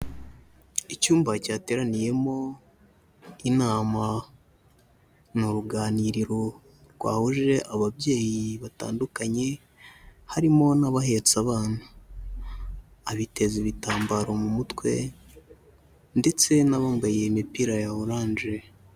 Icyumba cyateraniyemo inama, ni uruganiriro rwahuje ababyeyi batandukanye harimo n'abahetse abana, abiteze ibitambaro mu mutwe ndetse n'abambaye iyi imipira ya orange.